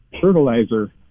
fertilizer